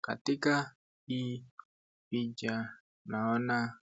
Katika hii picha tunaona